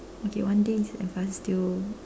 okay one day in advanced still